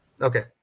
okay